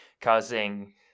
causing